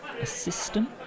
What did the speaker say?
assistant